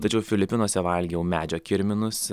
tačiau filipinuose valgiau medžio kirminus